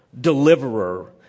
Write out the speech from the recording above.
deliverer